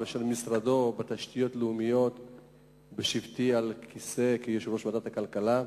משרדו בתשתיות לאומיות בשבתי על כיסא יושב-ראש ועדת הכלכלה,